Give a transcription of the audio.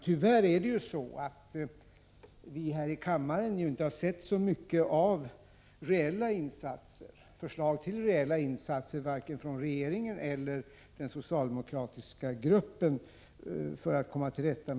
Tyvärr har vi här i kammaren inte sett mycket av förslag till reella insatser för att komma till rätta med de här problemen, varken från regeringen eller från den socialdemokratiska gruppen.